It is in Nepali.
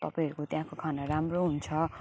तपाईँहरूको त्यहाँको खाना राम्रो हुन्छ